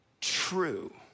true